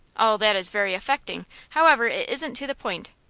all that is very affecting however, it isn't to the point.